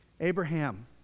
Abraham